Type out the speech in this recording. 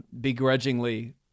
Begrudgingly